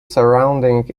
surrounding